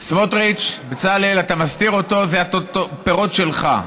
סמוטריץ בצלאל, אתה מסתיר אותו, אלה הפירות שלך.